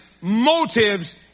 motives